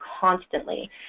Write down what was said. constantly